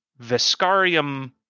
Viscarium